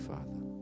Father